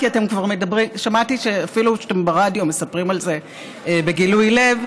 כי שמעתי שאפילו ברדיו אתם מספרים על זה בגילוי לב,